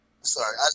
Sorry